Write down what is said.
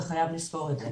וחייבים לזכור את זה.